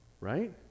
Right